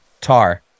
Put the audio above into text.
Tar